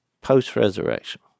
post-resurrection